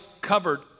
covered